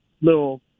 little